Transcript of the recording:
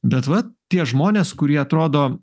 bet va tie žmonės kurie atrodo